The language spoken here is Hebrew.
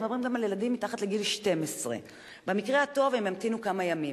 אנחנו מדברים גם על ילדים מתחת לגיל 12. במקרה הטוב הם ימתינו כמה ימים,